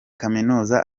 kaminuza